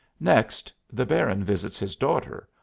next, the baron visits his daughter,